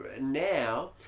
Now